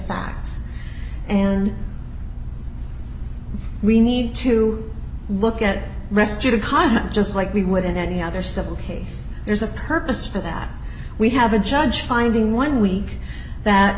facts and we need to look at rescue to comment just like we would in any other civil case there's a purpose for that we have a judge finding one week that